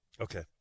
Okay